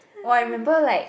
oh I remember like